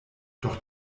doch